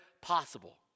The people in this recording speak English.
possible